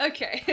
Okay